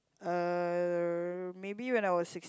uh maybe when I was six